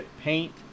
paint